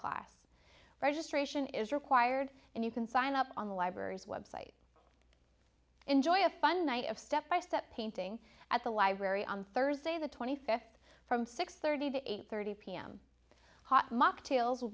class registration is required and you can sign up on the library's web site enjoy a fun night of step by step painting at the library on thursday the twenty fifth from six thirty the eight thirty pm hot mocktails will